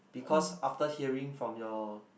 because after hearing from your